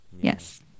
Yes